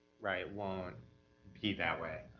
right, won't be that way.